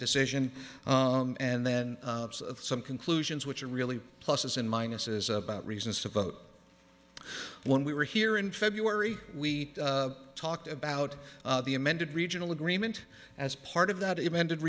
decision and then some conclusions which are really pluses and minuses about reasons to vote when we were here in february we talked about the amended regional agreement as part of that ended